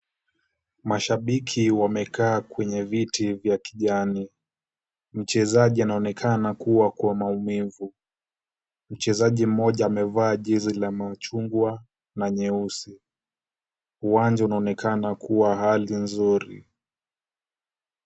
Mashabiki wamekaa kwenye viti vya kijani. Mchezaji anaonekana kuwa kwa maumivu. Mchezaji mmoja amevaa jezi la machungwa na nyeusi. Uwanja unaonekana kuwa hali nzuri.